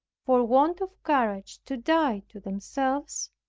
for want of courage to die to themselves,